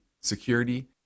security